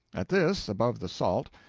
at this, above the salt,